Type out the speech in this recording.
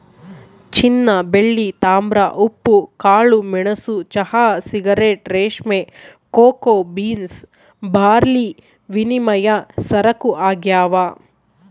ಚಿನ್ನಬೆಳ್ಳಿ ತಾಮ್ರ ಉಪ್ಪು ಕಾಳುಮೆಣಸು ಚಹಾ ಸಿಗರೇಟ್ ರೇಷ್ಮೆ ಕೋಕೋ ಬೀನ್ಸ್ ಬಾರ್ಲಿವಿನಿಮಯ ಸರಕು ಆಗ್ಯಾವ